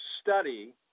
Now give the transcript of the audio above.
study